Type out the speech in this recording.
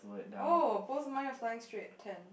oh both of mine are flying straight ten